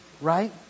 Right